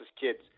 kids